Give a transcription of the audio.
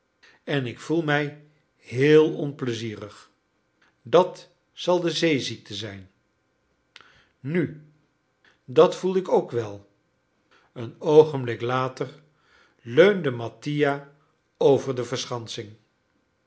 en ik voel mij heel onpleizierig dat zal de zeeziekte zijn nu dat voel ik ook wel een oogenblik later leunde mattia over de verschansing